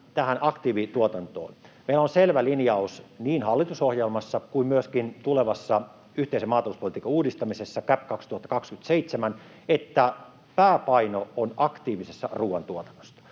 tähän aktiivituotantoon. Meillä on selvä linjaus niin hallitusohjelmassa kuin myöskin tulevassa yhteisen maatalouspolitiikan uudistamisessa, CAP 2027, että pääpaino on aktiivisessa ruoantuotannossa.